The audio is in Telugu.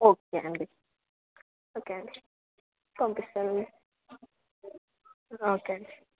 ఓకే అండి ఓకే అండి పంపిస్తానండి ఓకే అండి